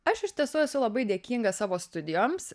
aš iš tiesų esu labai dėkinga savo studijoms